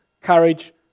Courage